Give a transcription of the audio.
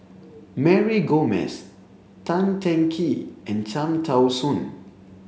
Mary Gomes Tan Teng Kee and Cham Tao Soon